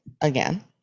again